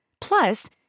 Plus